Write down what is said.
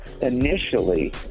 initially